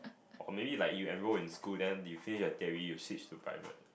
oh maybe like you enroll in school then you finish the theory you switch to private